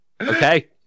Okay